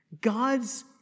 God's